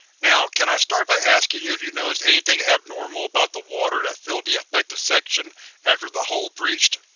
now, can i start by asking you if you noticed anything abnormal about the water that filled the affected section after the hull breached?